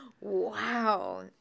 wow